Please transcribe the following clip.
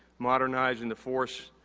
modernizing the force,